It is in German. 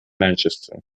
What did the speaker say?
manchester